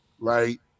right